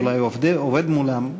ואולי עובד מולם.